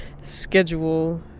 schedule